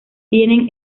tiene